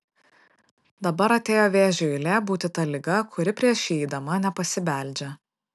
dabar atėjo vėžio eilė būti ta liga kuri prieš įeidama nepasibeldžia